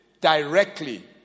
Directly